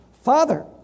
Father